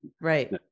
right